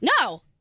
No